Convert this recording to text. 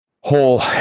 whole